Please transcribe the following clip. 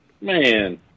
Man